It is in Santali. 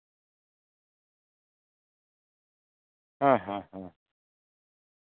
ᱦᱮᱸ ᱦᱮᱸ ᱦᱮᱸ